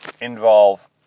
involve